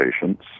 patients